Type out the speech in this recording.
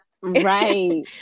Right